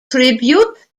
tribute